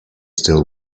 still